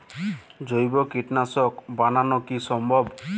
জৈব কীটনাশক বানানো কি সম্ভব?